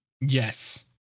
Yes